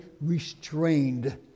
restrained